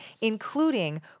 including